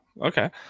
okay